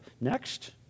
next